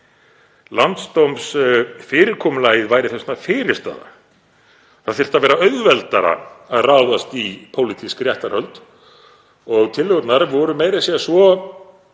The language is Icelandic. Landsdómsfyrirkomulagið væri þess vegna fyrirstaða, það þyrfti að vera auðveldara að ráðast í pólitísk réttarhöld og tillögurnar voru meira að